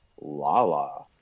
lala